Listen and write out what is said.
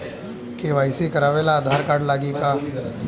KYC करावे ला Aadhaar card लागी का?